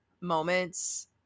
moments